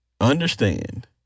understand